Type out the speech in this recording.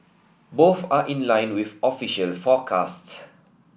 both are in line with official forecasts